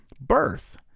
birth